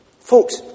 folks